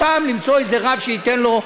סתם למצוא איזה רב שייתן לו.